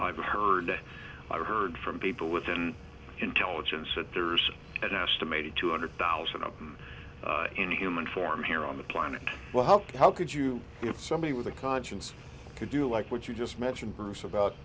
i've heard i've heard from people with an intelligence that there's an estimated two hundred thousand of them in human form here on the planet well help how could you if somebody with a conscience could do like what you just mentioned bruce about